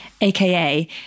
AKA